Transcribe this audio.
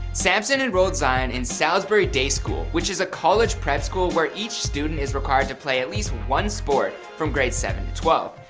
sampson enrolled zion in salisbury day school, which is a college prep school where each student is required to play at least one sport from grades seven twelve,